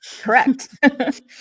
Correct